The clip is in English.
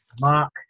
Mark